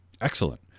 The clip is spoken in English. Excellent